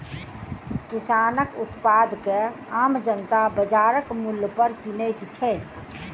किसानक उत्पाद के आम जनता बाजारक मूल्य पर किनैत छै